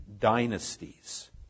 dynasties